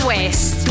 West